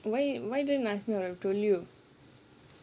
why why you don't I've told you